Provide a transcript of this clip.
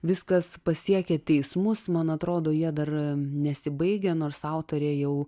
viskas pasiekė teismus man atrodo jie dar nesibaigia nors autorė jau